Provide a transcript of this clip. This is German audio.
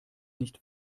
nicht